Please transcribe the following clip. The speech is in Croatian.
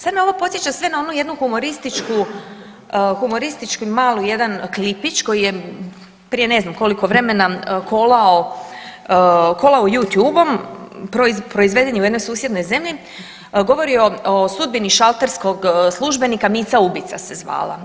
Sad me ovo podsjeća sve na onu jednu humorističnu, humoristički mali jedan klipić, koji je prije ne znam koliko vremena kolao You tubom, proizveden je u jednoj susjednoj zemlji, govori o sudbini šalterskog službenika Mica ubica se zvala.